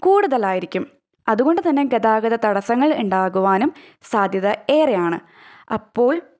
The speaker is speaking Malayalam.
കൂടുതലായിരിക്കും അതുകൊണ്ട് തന്നെ ഗതാഗത തടസ്സങ്ങളുണ്ടാകുവാനും സാധ്യത ഏറെയാണ് അപ്പോൾ